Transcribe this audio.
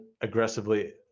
aggressively